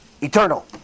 eternal